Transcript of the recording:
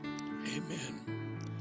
Amen